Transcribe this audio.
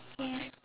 yeah